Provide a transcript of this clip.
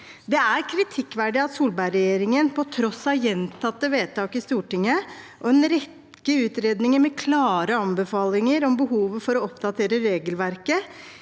Det er kritikkverdig at Solberg-regjeringen, på tross av gjentatte vedtak i Stortinget og en rekke utredninger med klare anbefalinger om behovet for å oppdatere regelverket,